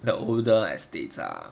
the older estates ah